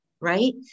Right